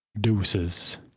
deuces